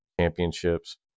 championships